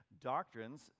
doctrines